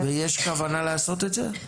ויש כוונה לעשות את זה?